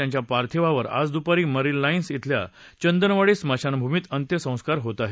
त्यांच्या पार्थिवावर आज दुपारी मरीन ला उंस अल्या चंदनवाडी स्मशानभूमीत अंत्यसंस्कार होत आहेत